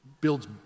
builds